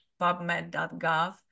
pubmed.gov